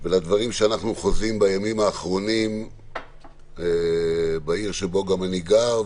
ולדברים שאנחנו חווים בימים האחרונים בעיר שבה אני גר,